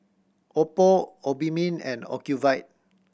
Oppo Obimin and Ocuvite